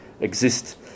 exist